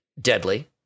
deadly